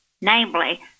namely